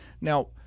now